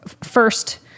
first